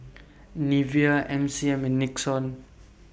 Nivea M C M and Nixon